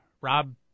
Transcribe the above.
Rob